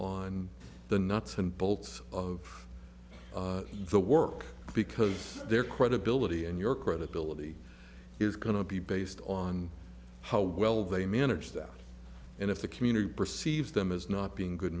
on the nuts and bolts of the work because their credibility and your credibility is going to be based on how well they manage that and if the community perceives them as not being good